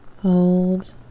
hold